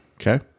Okay